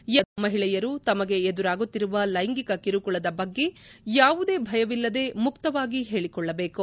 ಎಲ್ಲಾ ವರ್ಗದ ಮಹಿಳೆಯರು ತಮಗೆ ಎದುರಾಗುತ್ತಿರುವ ಲೈಂಗಿಕ ಕಿರುಕುಳದ ಬಗ್ಗೆ ಯಾವುದೇ ಭಯವಿಲ್ಲದೇ ಮುಕ್ತವಾಗಿ ಹೇಳಿಕೊಳ್ಳಬೇಕು